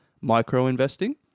micro-investing